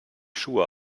schuhe